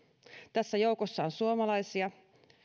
tässä joukossa on suomalaisia